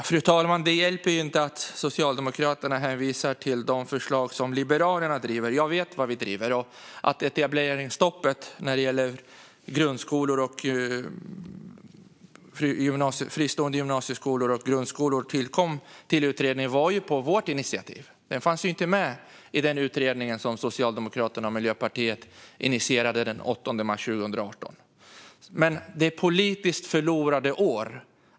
Fru talman! Det hjälper inte att Socialdemokraterna hänvisar till de förslag som Liberalerna driver. Jag vet vad vi driver. Att etableringsstoppet när det gäller fristående gymnasie och grundskolor tillkom i utredningen var ju på vårt initiativ. Det fanns inte med i den utredning som Socialdemokraterna och Miljöpartiet initierade den 8 mars 2018. Men det är politiskt förlorade år.